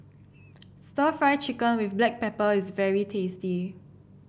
stir Fry Chicken with Black Pepper is very tasty